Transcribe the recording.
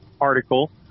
article